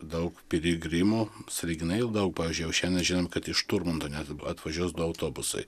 daug piligrimų sąlyginai jų daug pavyzdžiui jau šiandien žinom kad iš turmanto net atvažiuos du autobusai